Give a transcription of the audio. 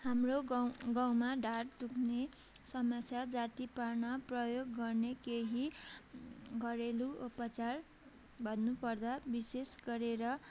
गाम्रो गाउँ गाउँमा ढाड दुख्ने समस्या जाती पार्न प्रयोग गर्ने केही घरेलु उपचार भन्नु पर्दा विशेष गरेर